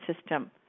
system